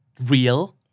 real